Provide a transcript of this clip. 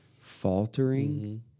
faltering